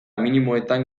minimoetan